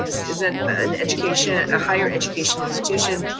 this isn't an education, a higher education institution,